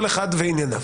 כל אחד וענייניו,